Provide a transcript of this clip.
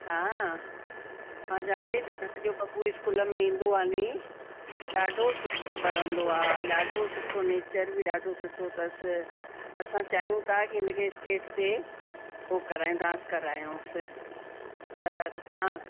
हा मां चवां पई त तव्हांजो बब्बू स्कूल में ईंदो आहे नी ॾाढा सुठो पढ़ंदो आहे ॾाढा सुठो नेचर बि ॾाढो सुठो अथसि असां चाहियूं था की इनखे स्टेज ते हू करायूं डांस करायूंसि त तव्हां